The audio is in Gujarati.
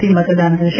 થી મતદાન થશે